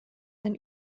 ein